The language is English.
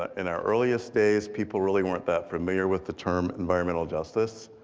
ah in our earliest days, people really weren't that familiar with the term environmental justice,